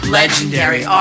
legendary